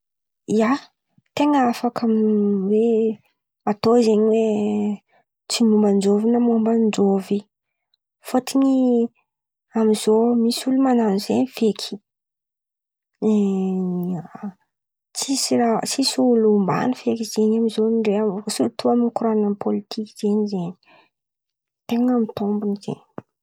Ia, ten̈a afaka hoe atao zen̈y hoe tsy momba an-jovy na momba anjovy fôtony amizô misy olo man̈ano zen̈y feky. Tsisy raha tsisy olo ombàny feky zen̈y ndray sirto mikoran̈a amy pôlitiky zen̈y, zen̈y ten̈a mitombon̈o zen̈y.